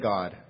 God